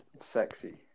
Sexy